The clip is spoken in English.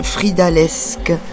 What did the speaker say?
Fridalesque